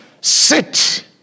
sit